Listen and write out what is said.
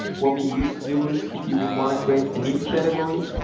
what we used to do is if you would want to create a new category,